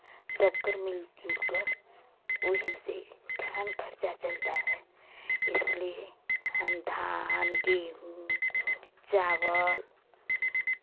सब कर मिल जुलकर ओही से खान खर्चा चलता है इसलिए हम धान गेहूँ चावल